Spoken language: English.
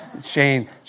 Shane